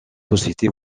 sociétés